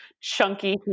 chunky